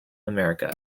america